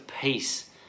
peace